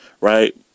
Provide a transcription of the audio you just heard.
right